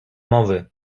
mowy